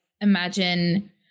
imagine